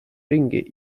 ringi